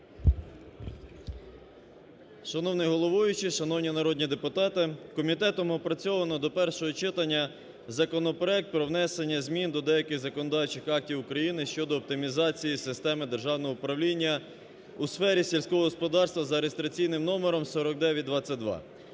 Шановний головуючий, шановні народні депутати, комітетом опрацьовано до першого читання законопроект про внесення змін до деяких законодавчих актів України щодо оптимізації системи державного управління у сфері сільського господарства за реєстраційним номером 4922.